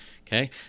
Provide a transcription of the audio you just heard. Okay